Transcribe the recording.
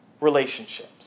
relationships